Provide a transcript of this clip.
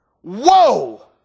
Whoa